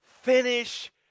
finish